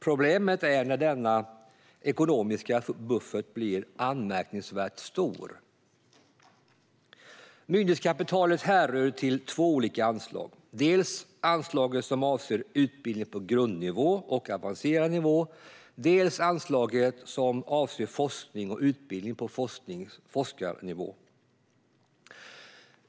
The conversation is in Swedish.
Problemet är när denna ekonomiska buffert blir anmärkningsvärt stor. Myndighetskapitalet härrör från två olika anslag: dels anslaget som avser utbildning på grundnivå och avancerad nivå, dels anslaget som avser forskning och utbildning på forskarnivå.